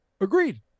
Agreed